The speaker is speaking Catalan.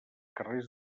carrers